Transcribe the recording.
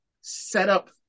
setup